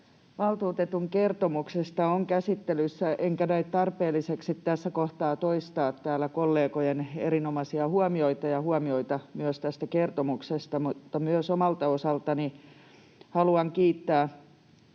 valtuutetun kertomuksesta on käsittelyssä, enkä näe tarpeelliseksi tässä kohtaa toistaa kollegojen erinomaisia huomioita ja huomioita myös tästä kertomuksesta, mutta myös omalta osaltani haluan kiittää